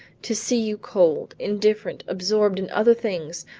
to see you cold, indifferent, absorbed in other things,